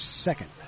second